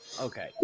Okay